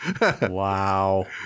Wow